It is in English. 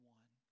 one